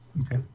Okay